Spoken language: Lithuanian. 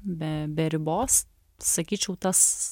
be be ribos sakyčiau tas